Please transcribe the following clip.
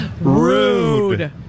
Rude